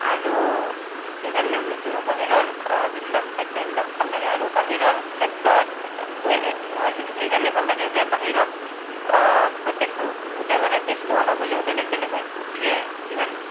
আৰু সেইকাৰণে মো মোৰ বাহিৰৰ যিবিলাক খাদ্য সেইবিলাক ভাল লাগে আৰু বাহিৰৰ খাদ্যতটোৱে এই এইকাৰণে ভাল লাগে যে বাহিৰত প্ৰত্য়েকখন হোটেলৰে টেষ্টটো অলপ হ'লেও বেলেগ বেলেগ হয় গতিকে সেইকাৰণে